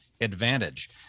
advantage